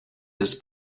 his